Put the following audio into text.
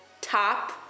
top